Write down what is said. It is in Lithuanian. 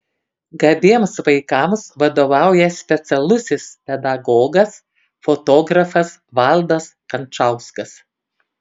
gabiems vaikams vadovauja specialusis pedagogas fotografas valdas kančauskas